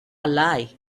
lie